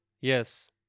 Yes